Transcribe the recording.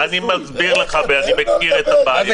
אני מסביר לך שאני מכיר את הבעיה.